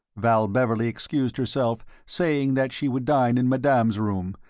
val beverley excused herself, saying that she would dine in madame's room,